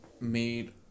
made